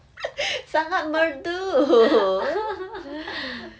sangat merdu